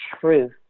truth